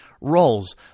roles